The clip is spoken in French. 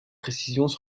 précisions